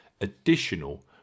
additional